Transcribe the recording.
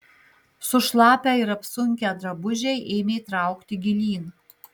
sušlapę ir apsunkę drabužiai ėmė traukti gilyn